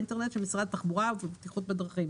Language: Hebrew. המנהל הכללי של משרד התחבורה והבטיחות בדרכים,